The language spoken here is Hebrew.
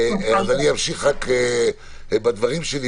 גם כשההיגיון משתנה כי המציאות משתנה,